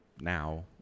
now